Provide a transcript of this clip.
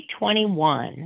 2021